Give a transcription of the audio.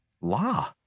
law